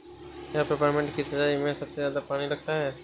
क्या पेपरमिंट की सिंचाई में सबसे ज्यादा पानी लगता है?